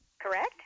Correct